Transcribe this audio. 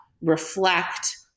reflect